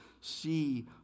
see